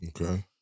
Okay